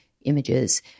images